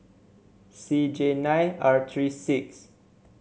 C J nine R three six